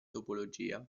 topologia